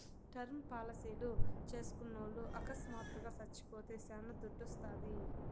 term పాలసీలు చేస్కున్నోల్లు అకస్మాత్తుగా సచ్చిపోతే శానా దుడ్డోస్తాది